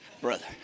brother